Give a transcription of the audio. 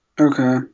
Okay